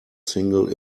single